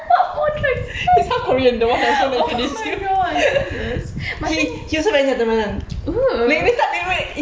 oh my god oh